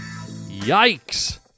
Yikes